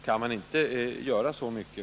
Kan regeringen inte göra så mycket?